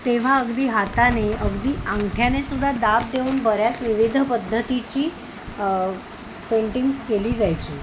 तेव्हा अगदी हाताने अगदी अंगठ्याने सुद्धा दाब देऊन बऱ्याच विविध पद्धतीची पेंटिंग्स केली जायची